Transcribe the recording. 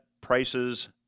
prices